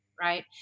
right